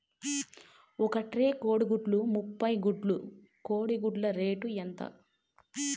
ఒక ట్రే కోడిగుడ్లు ముప్పై గుడ్లు కోడి గుడ్ల రేటు ఎంత?